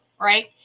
Right